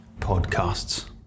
podcasts